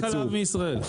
מי מייבא חלב מישראל?